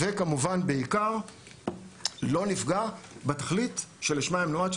וכמובן בעיקר - לא נפגע בתכלית שלשמה הם נועדו,